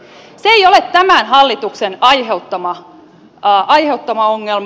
se ei ole tämän hallituksen aiheuttama ongelma